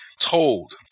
told